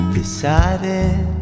deciding